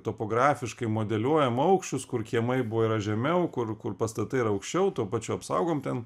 topografiškai modeliuojam aukščius kur kiemai buvo yra žemiau kur kur pastatai yra aukščiau tuo pačiu apsaugom ten